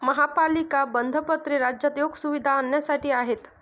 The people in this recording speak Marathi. महापालिका बंधपत्रे राज्यात योग्य सुविधा आणण्यासाठी आहेत